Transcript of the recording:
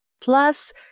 plus